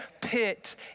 pit